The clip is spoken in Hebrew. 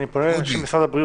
אני פונה למשרד הבריאות.